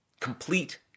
complete